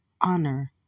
honor